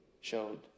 showed